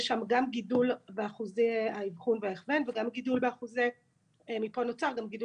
יש שם גם גידול באחוזי האבחון וההכוון ומפה נוצר גם גידול